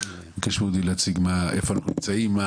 אני מבקש מאודי להציג איפה אנחנו נמצאים,